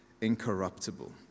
incorruptible